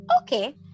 Okay